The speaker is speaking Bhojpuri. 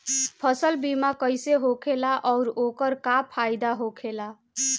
फसल बीमा कइसे होखेला आऊर ओकर का फाइदा होखेला?